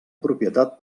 propietat